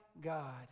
God